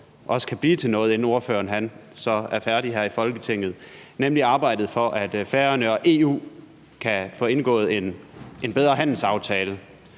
håber kan blive til noget, inden ordføreren så er færdig her i Folketinget, nemlig arbejdet for, at Færøerne og EU kan få indgået en bedre handelsaftale.